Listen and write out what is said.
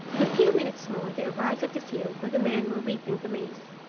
in a few minutes more they arrived at the field were the men were reaping the maize,